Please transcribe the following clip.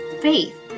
faith